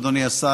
אדוני השר,